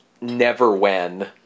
never-when